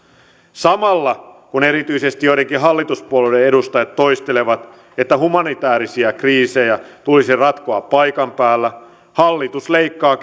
samalla kun erityisesti joidenkin hallituspuolueiden edustajat toistelevat että humanitäärisiä kriisejä tulisi ratkoa paikan päällä hallitus leikkaa